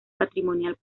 patrimonial